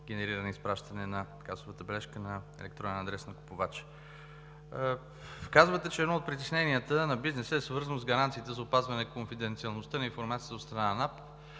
генериране и изпращане на касовата бележка на електронен адрес на купувача. Казвате, че едно от притесненията на бизнеса е свързано с гаранциите за опазване на конфиденциалността на информацията от страна на